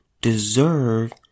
deserve